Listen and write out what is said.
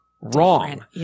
wrong